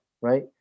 right